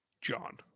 John